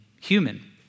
human